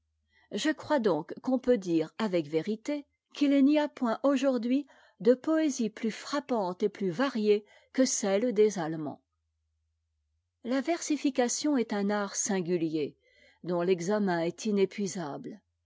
e crois donc qu'on peut dire avec vérité qu'il n'y a point aujourd'hui de poésie plus frappante et plus variée que celle des allemands la versification est un art singulier dont l'exa men est inépuisable